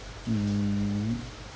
mm